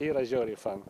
yra žiauriai fan